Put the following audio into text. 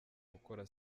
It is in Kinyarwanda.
gukora